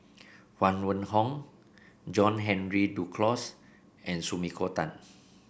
Huang Wenhong John Henry Duclos and Sumiko Tan